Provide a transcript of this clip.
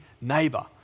neighbor